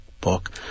book